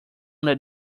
that